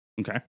Okay